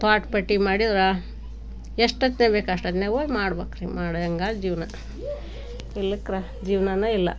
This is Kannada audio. ತ್ವಾಟ ಪಟ್ಟಿ ಮಾಡಿದ್ರೆ ಎಷ್ಟು ಹೊತ್ತಿನಾಗ್ ಬೇಕು ಅಷ್ಟೊತ್ತಿನಾಗ್ ಹೋಗಿ ಮಾಡ್ಬೇಕ್ ಮಾಡಿದಂಗ ಜೀವನ ಇಲ್ಲಕ್ರ ಜೀವನಾನೇ ಇಲ್ಲ